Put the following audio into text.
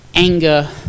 anger